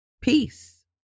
peace